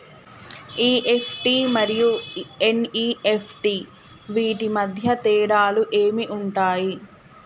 EFT మరియు NEFT వీటి మధ్య తేడాలు ఏమి ఉంటాయి?